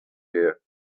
here